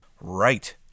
Right